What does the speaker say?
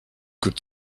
could